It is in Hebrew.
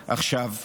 עכשיו,